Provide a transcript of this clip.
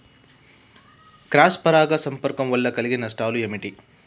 Cross పరాగ సంపర్కం వల్ల కలిగే నష్టాలు ఏమిటి?